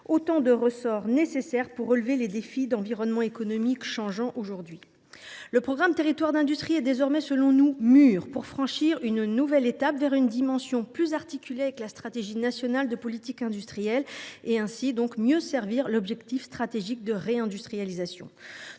autant de ressorts nécessaires pour relever les défis des environnements économiques changeants d’aujourd’hui. Le programme Territoires d’industrie nous apparaît désormais mûr pour franchir une nouvelle étape vers une dimension plus articulée avec la stratégie nationale de politique industrielle, ce qui servirait mieux l’objectif stratégique de réindustrialisation.